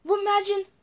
Imagine